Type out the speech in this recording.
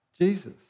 Jesus